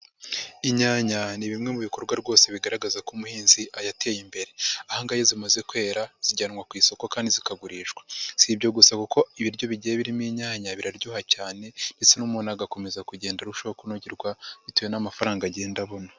Inyanya ni bimwe mu bikorwa rwose bigaragaza ko umuhinzi yateye imbere, aha ngaha iyo zimaze kwera, zijyanwa ku isoko kandi zikagurishwa, si ibyo gusa kuko ibiryo bigiye birimo inyanya biraryoha cyane ndetse n'umuntu agakomeza kugenda arushaho kunogerwa bitewe n'amafaranga agenda abona.